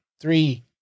three